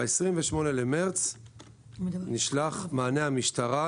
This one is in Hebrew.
ב-28 למרס נשלח מענה המשטרה,